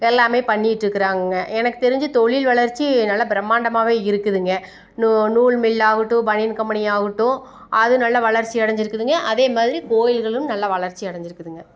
எல்லாமே பண்ணியிட்டிருக்கறாங்க எனக்கு தெரிஞ்சு தொழில் வளர்ச்சி நல்லா பிரம்மாண்டமாகவே இருக்குதுங்க நூ நூல் மில்லாகட்டும் பனியன் கம்பெனியாகட்டும் அது நல்லா வளர்ச்சி அடஞ்சுருக்குதுங்க அதே மாதிரி கோயில்களும் நல்லா வளர்ச்சி அடஞ்சுருக்குதுங்க